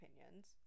opinions